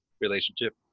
relationship